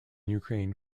ukraine